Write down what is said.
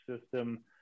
system